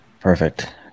Perfect